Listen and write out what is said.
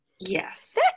yes